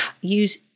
use